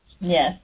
Yes